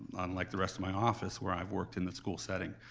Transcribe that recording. unlike the rest of my office where i've worked in the school setting.